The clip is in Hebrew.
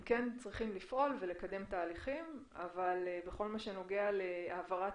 הם כן צריכים לפעול ולקדם תהליכים אבל בכל הנוגע להעברת